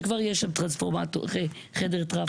שכבר יש שם חדר טרפו.